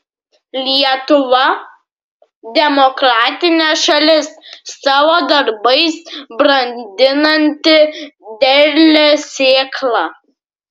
lietuva demokratinė šalis savo darbais brandinanti derlią sėklą